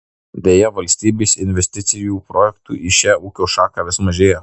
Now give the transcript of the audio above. deja valstybės investicinių projektų į šią ūkio šaką vis mažėja